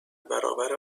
برابر